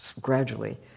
gradually